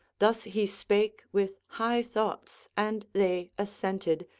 thus he spake with high thoughts, and they assented,